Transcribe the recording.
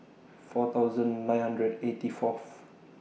four thousand nine hundred eighty Fourth